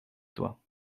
toi